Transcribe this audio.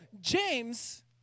James